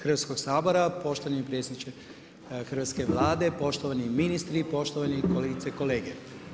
Hrvatskog sabora, poštovani predsjedniče Hrvatske Vlade, poštovani ministri, poštovani kolegice i kolege.